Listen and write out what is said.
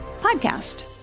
podcast